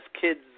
kids